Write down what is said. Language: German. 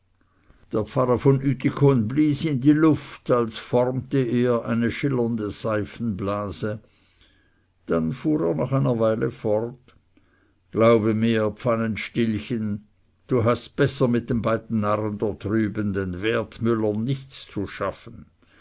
der pfarrer von ütikon blies in die luft als formte er eine schillernde seifenblase dann fuhr er nach einer weile fort glaube mir pfannenstielchen du hast besser mit den beiden narren dort drüben den wertmüllern nichts zu schaffen